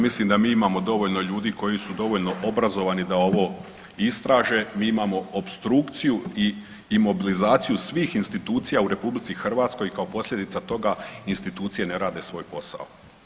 Ja mislim da mi imamo dovoljno ljudi koji su dovoljno obrazovani da ovo istraže, mi imamo opstrukciju i mobilizaciju svih institucija u RH kao posljedica toga institucije ne rade svoj posao.